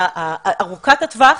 ארוכת הטווח,